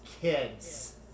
kids